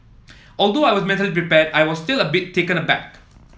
although I was mentally prepared I was still a bit taken aback